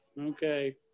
Okay